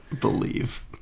believe